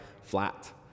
flat